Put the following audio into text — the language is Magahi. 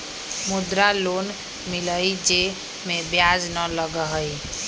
मुद्रा लोन मिलहई जे में ब्याज न लगहई?